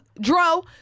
Dro